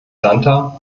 santer